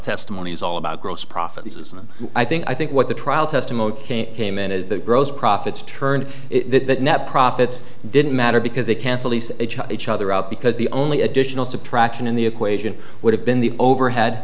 testimony is all about gross profit he says and i think i think what the trial testimony came in is that gross profits turned net profits didn't matter because they cancel each other out because the only additional subtraction in the equation would have been the overhead